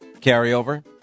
carryover